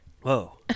whoa